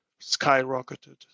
skyrocketed